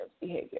behavior